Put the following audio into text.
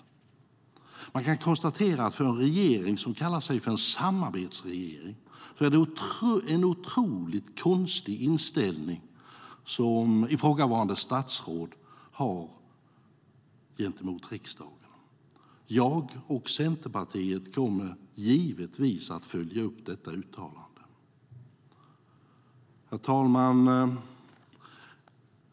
För en regering som kallar sig för en samarbetsregering är det en otroligt konstig inställning som ifrågavarande statsråd har gentemot riksdagen. Jag och Centerpartiet kommer givetvis att följa upp detta uttalande. Herr talman!